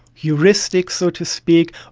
heuristics so to speak.